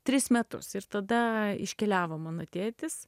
tris metus ir tada iškeliavo mano tėtis